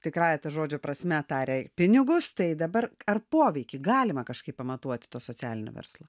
tikrąja to žodžio prasme taria pinigus tai dabar ar poveikį galima kažkaip pamatuoti tuo socialinio verslo